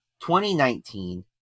2019